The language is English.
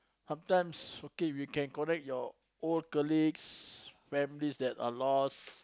sometimes okay we can connect your old colleagues families that are lost